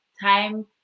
time